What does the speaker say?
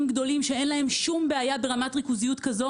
גדולים שאין להם שום בעיה ברמת ריכוזיות כזו,